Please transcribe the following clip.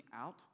out